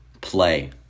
play